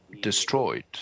destroyed